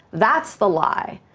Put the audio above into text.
that's the lie.